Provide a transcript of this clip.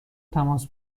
تماس